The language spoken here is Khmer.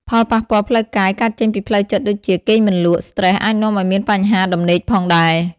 ផលប៉ះពាល់ផ្លូវកាយ កើតចេញពីផ្លូវចិត្តដូចជា គេងមិនលក់ ស្ត្រេសអាចនាំឲ្យមានបញ្ហាដំណេកផងដែរ ។